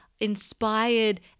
inspired